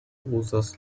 uzas